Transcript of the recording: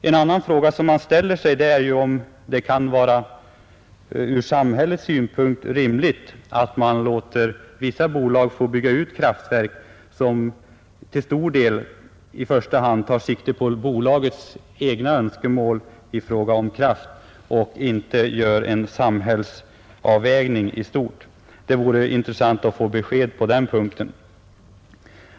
En annan fråga som man ställer sig är ju om det kan vara ur samhällets synpunkt rimligt att man låter vissa bolag bygga ut kraftverk, som till stor del i första hand tar sikte på bolagets egna önskemål i fråga om kraft, och inte gör en samhällsavvägning i stort. Det vore intressant att få besked på den punkten.